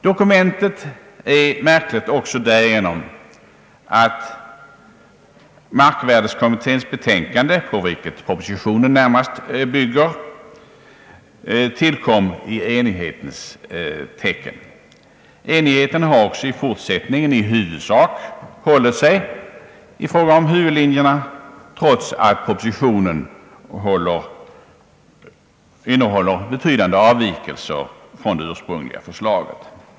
Dokumentet är märkligt också därigenom att markvärdekommitténs betänkande, på vilket propositionen närmast bygger, tillkom i enighetens tecken. Enigheten har också i fortsättningen stått sig i fråga om huvudlinjerna trots att propositionen innehåller betydande avvikelser från det ursprungliga förslaget.